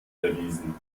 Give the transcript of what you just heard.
erwiesen